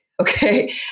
Okay